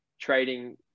trading